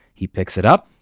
he picks it up,